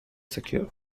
secure